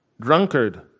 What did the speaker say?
drunkard